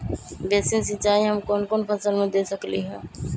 Basin सिंचाई हम कौन कौन फसल में दे सकली हां?